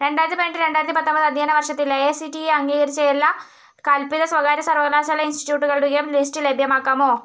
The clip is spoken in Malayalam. രണ്ടായിരത്തി പതിനെട്ട് രണ്ടായിരത്തി പത്തൊൻപത് അധ്യായന വർഷത്തിൽ A I C T E അംഗീകരിച്ച എല്ലാ കൽപ്പിത സ്വകാര്യ സർവകലാശാല ഇൻസ്റ്റിറ്റ്യൂട്ടുകളുടെയും ലിസ്റ്റ് ലഭ്യമാക്കാമോ